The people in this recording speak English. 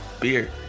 beer